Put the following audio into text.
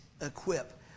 equip